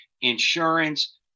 insurance